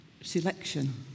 selection